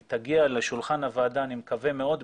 היא תגיע לשולחן הוועדה אני מקווה מאוד בקרוב,